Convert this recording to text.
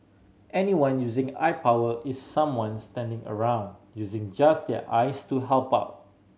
anyone using eye power is someone standing around using just their eyes to help out